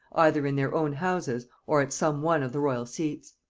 either in their own houses, or at some one of the royal seats.